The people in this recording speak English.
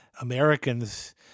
Americans